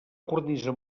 cornisa